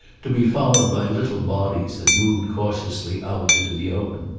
to be followed by little bodies that moved cautiously out into the open.